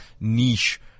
niche